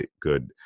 good